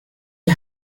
que